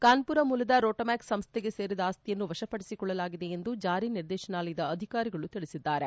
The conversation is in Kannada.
ಕಾನ್ಲುರ ಮೂಲದ ರೊಟೊಮ್ಯಾಕ್ ಸಂಸ್ಟೆಗೆ ಸೇರಿದ ಆಸ್ತಿಯನ್ನು ವಶಪಡಿಸಿಕೊಳ್ಳಲಾಗಿದೆ ಎಂದು ಜಾರಿ ನಿರ್ದೇಶನಾಲಯದ ಅಧಿಕಾರಿಗಳು ತಿಳಿಸಿದ್ದಾರೆ